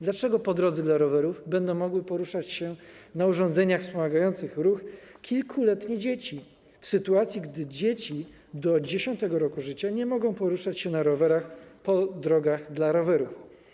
Dlaczego po drodze dla rowerów będą mogły poruszać się na urządzeniach wspomagających ruch kilkuletnie dzieci, w sytuacji gdy dzieci do 10. roku życia nie mogą poruszać się na rowerach po drogach dla rowerów?